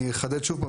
אני אחדד שוב פעם.